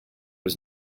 was